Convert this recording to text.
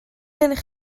gennych